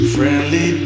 Friendly